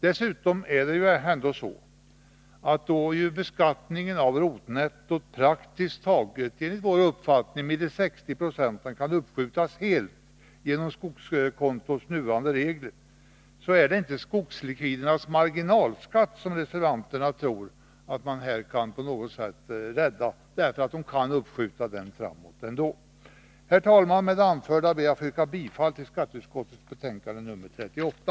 Dessutom är det ju ändå så, att då beskattningen av rotnettot praktiskt taget — enligt vår uppfattning — med tanke på de 60 resp. 40 procenten helt kan uppskjutas genom skogskontots nuvarande regler, är det inte marginalskatten för skogslikviderna, vilket reservanterna tror, som man här på något sätt kan rädda. Den kan man ju ändå skjuta på. Herr talman! Med det anförda ber jag att få yrka bifall till hemställan i skatteutskottets betänkande 38.